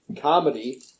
comedy